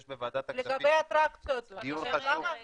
יש בוועדת הכספים דיון חשוב --- לגבי האטרקציות,